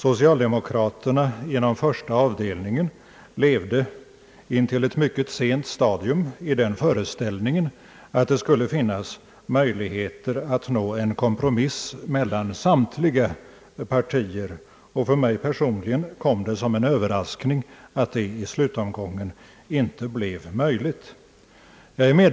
Socialdemokraterna på första avdelningen i utskottet levde intill ett mycket sent stadium i den föreställningen att det skulle finnas möjlighet att nå en kompromiss mellan samtliga partier. För mig personligen kom det som en överraskning att det i slutomgången inte blev möjligt att träffa en sådan kompromiss.